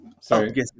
Sorry